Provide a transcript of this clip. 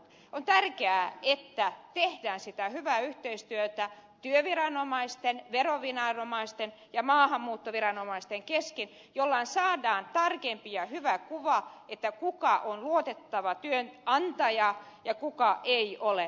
on tärkeää että tehdään sitä hyvää yhteistyötä työviranomaisten veroviranomaisten ja maahanmuuttoviranomaisten kesken jolla saadaan tarkempi ja hyvä kuva siitä kuka on luotettava työnantaja ja kuka ei ole